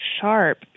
sharp